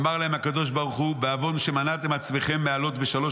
אמר להם הקדוש ברוך הוא: בעוון שמנעתם עצמכם מעלות בשלוש